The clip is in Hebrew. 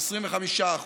25%,